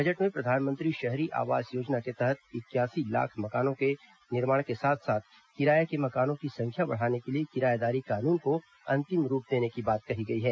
budget में प्रधानमंत्री शहरी आवास योजना के तहत इक्यासी लाख मकानों के निर्माण के साथ साथ किराए के मकानों की संख्या बढ़ाने के लिए किराएदारी कानून को अंतिम रूप देने की बात कही गई है